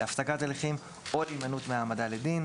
להפסקת הליכים או להימנעות מהעמדה לדין",